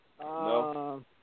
No